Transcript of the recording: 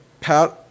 Pat